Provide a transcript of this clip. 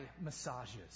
massages